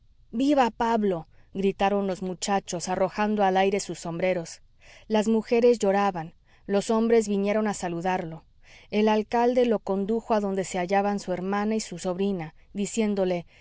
viva pablo gritaron los muchachos arrojando al aire sus sombreros las mujeres lloraban los hombres vinieron a saludarlo el alcalde lo condujo a donde se hallaban su hermana y sobrina diciéndole